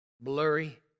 blurry